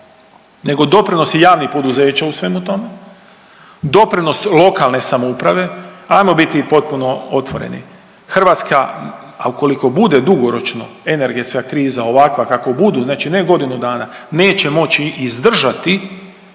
nego doprinos i javnih poduzeća u svemu tome, doprinos lokalne samouprave. Ajmo biti potpuno otvoreni, Hrvatska, a ukoliko bude dugoročno energetska kriza ovakva kako budu znači ne godinu dana neće moći izdržati,